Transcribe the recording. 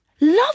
Love